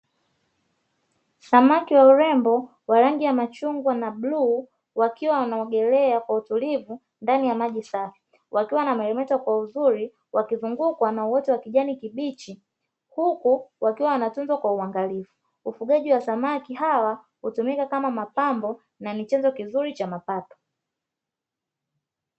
Samaki wa urembo wa rangi ya machungwa na bluu wakiwa wanaogelea kwa utulivu ndani ya maji safi, wakiwa wanameremeta kwa uzuri wakizungukwa na majani ya kijani kibichi huku wakiwa wanatunzwa kwa unagalifu, ufugaji wa samaki hawa hutumika kama mapambo na ni chanzo kizuri cha mapato.